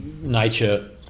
nature